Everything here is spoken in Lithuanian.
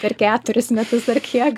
per keturis metus ar kiek